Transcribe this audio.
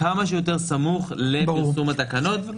כמה שיותר סמוך לפרסום התקנות.